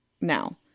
now